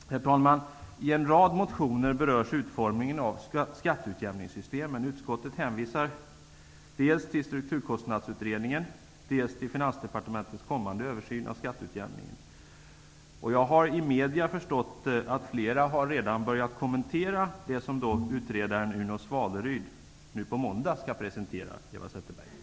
Herr talman! I en rad motioner berörs utformningen av skatteutjämningssystemen. Utskottet hänvisar dels till Finansdepartementets kommande översyn av skatteutjämningen. Jag har av medierna förstått att flera redan har börjat kommentera det som utredaren Uno Svaleryd skall presentera nu på måndag -- på måndag, Eva Zetterberg.